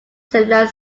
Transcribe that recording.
similar